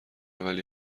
ولی